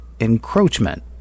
encroachment